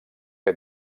que